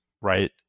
right